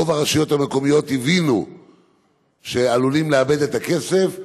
רוב הרשויות המקומיות הבינו שהן עלולות לאבד את הכסף,